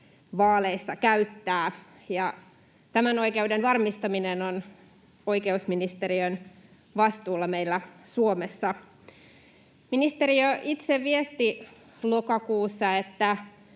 vaaleissa käyttää, ja tämän oikeuden varmistaminen on oikeusministeriön vastuulla meillä Suomessa. Ministeriö itse viesti lokakuussa, että